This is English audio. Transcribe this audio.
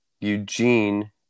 Eugene